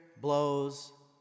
blows